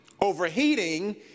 overheating